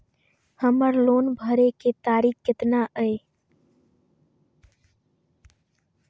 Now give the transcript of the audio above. हमर लोन भरे के तारीख केतना ये?